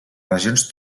regions